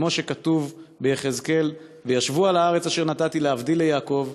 כמו שכתוב ביחזקאל: 'וישבו על הארץ אשר נתתי לעבדי ליעקב,